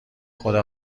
خدا